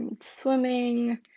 Swimming